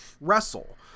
wrestle—